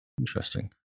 Interesting